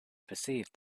perceived